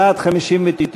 בעד, 59,